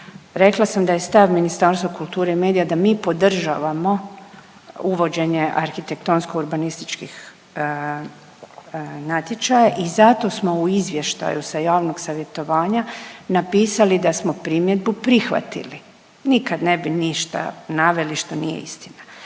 rekla sam da je Ministarstva kulture i medija da mi podržavamo uvođenje arhitektonsko-urbanističkih natječaja i zato smo u izvještaju sa javnog savjetovanja napisali da smo primjedbu prihvatili. Nikad ne bi ništa naveli što nije istina.